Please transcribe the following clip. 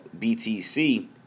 BTC